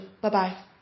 Bye-bye